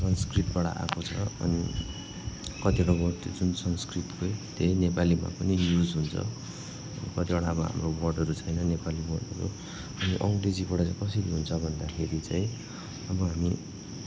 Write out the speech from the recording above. यो संस्कृतबाट आएको छ अनि कतिवटा वर्ड जुन संस्कृतकै त्यही नेपालीमा पनि युज हुन्छ कतिवटा अब हाम्रो वर्डहरू छैन नेपाली वर्डहरू अनि अङ्ग्रेजीबाट पसेको हुन्छ भन्दाखेरि चाहिँ अब हामी